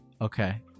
Okay